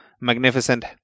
Magnificent